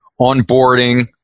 onboarding